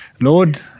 Lord